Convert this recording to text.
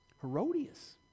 Herodias